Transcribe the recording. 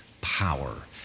power